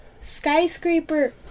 skyscraper